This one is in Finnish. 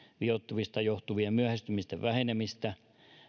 vioittumisesta johtuvien myöhästymisten vähenemistä